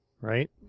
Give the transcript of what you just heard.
right